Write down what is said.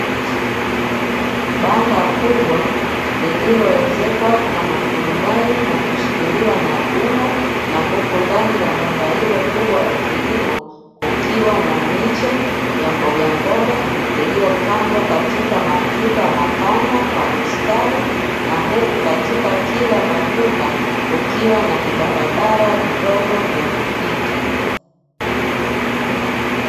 Banda kubwa lililoezekwa kwa maturubai na kushikiliwa na vyuma na huku ndani ya banda hilo kubwa la kilimo, kukiwa na miche ya mboga mboga iliyopandwa katika matuta mapana kwa mistari na huku katika kila matuta kukiwa na vibarabara vidogo vya kupita.